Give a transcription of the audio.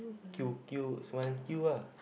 queue queue is queue lah